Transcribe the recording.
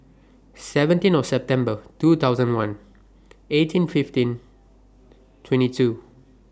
seventeenth September two thousand one eighteen fifteen twenty two